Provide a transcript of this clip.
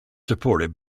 supported